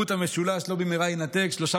החוט המשולש לא במהרה יינתק: שלושה